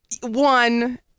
one